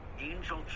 Angel